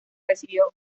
recibió